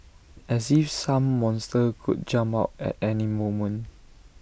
as if some monster could jump out at any moment